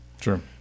Sure